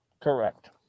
Correct